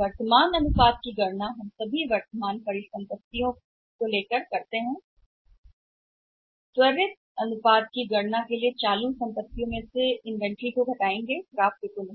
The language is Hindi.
वर्तमान अनुपात की गणना हम त्वरित अनुपात वर्तमान परिसंपत्तियों के लिए सभी मौजूदा परिसंपत्तियों को लेते हैं इन्वेंट्री लेकिन माइनस प्राप्य नहीं